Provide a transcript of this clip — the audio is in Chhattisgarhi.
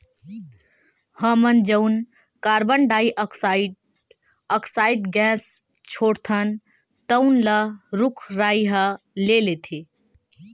हमन जउन कारबन डाईऑक्साइड ऑक्साइड गैस छोड़थन तउन ल रूख राई ह ले लेथे